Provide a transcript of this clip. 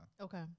Okay